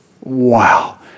Wow